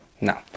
no